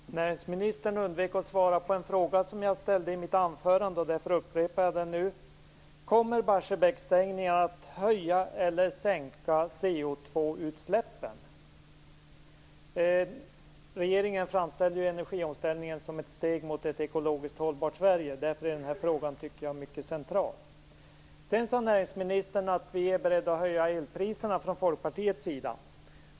Herr talman! Näringsministern undvek att svara på en fråga som jag ställde i mitt anförande. Därför upprepar jag den nu. Kommer Barsebäcksstängningen att höja eller sänka CO2-utsläppen? Regeringen framställde ju energiomställningen som ett steg mot ett ekologiskt hållbart Sverige. Därför tycker jag att denna fråga är mycket central. Näringsministern sade att vi från Folkpartiets sida är beredda att höja elpriserna.